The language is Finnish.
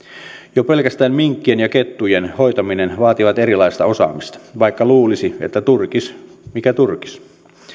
jo pelkästään minkkien ja kettujen hoitaminen vaatii erilaista osaamista vaikka luulisi että turkis mikä turkis